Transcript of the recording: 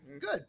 Good